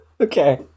Okay